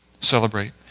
celebrate